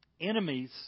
Enemies